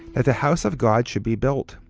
that the house of god should be built,